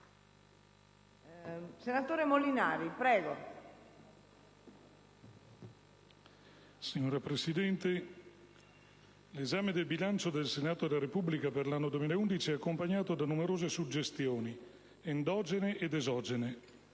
Terzo Polo:ApI-FLI)*. Signora Presidente, l'esame del bilancio del Senato della Repubblica per l'anno 2011 è accompagnato da numerose suggestioni endogene ed esogene.